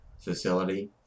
facility